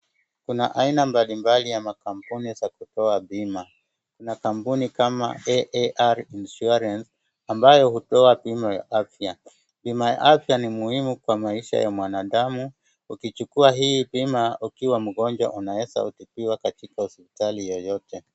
Kuna aina mbali mbali ya makampuni za kutoa bima, kuna kampuni kama AAR insurance ambayo hutoa bima ya afya. Ni muhimu kwa maisha ya mwanadamu. Ukichukua hii bima ukiwa mgonjwa unaweza tibiwa kwa hospitali yoyote.